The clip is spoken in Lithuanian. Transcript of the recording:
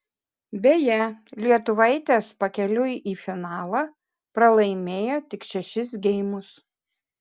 beje lietuvaitės pakeliui į finalą pralaimėjo tik šešis geimus